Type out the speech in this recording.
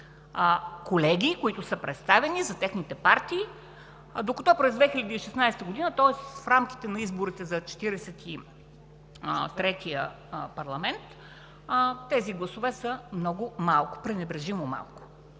колеги, които са представени, за техните партии, докато през 2016 г. – в рамките на изборите за Четиридесет и третия парламент, тези гласове са много малко, пренебрежимо малко.